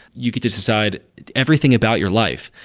you could just decide everything about your life.